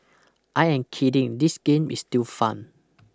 I am kidding this game is still fun